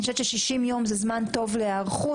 אני חושבת ש-60 יום זה זמן טוב להיערכות,